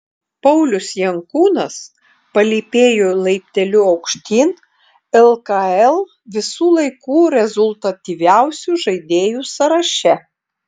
paulius jankūnas palypėjo laipteliu aukštyn lkl visų laikų rezultatyviausių žaidėjų sąraše